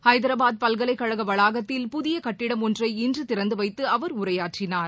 ஹைதராபாத் பல்கலைக் கழக வளாகத்தில் புதிய கட்டிடம் ஒன்றை இன்று திறந்து வைத்து அவர் உரையாற்றினார்